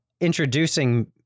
introducing